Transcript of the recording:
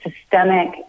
systemic